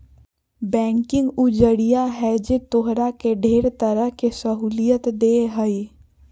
banking उ जरिया है जे तोहरा के ढेर तरह के सहूलियत देह हइ